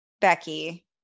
Becky